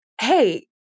hey